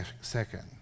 second